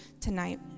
tonight